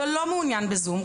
ולא מעוניין בזום,